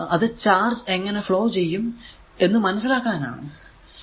അത് ചാർജ് എങ്ങനെ ഫ്ലോ ചെയ്യും എന്ന് മനസ്സിലാക്കാൻ ആണ്